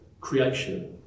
creation